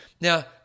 Now